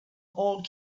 old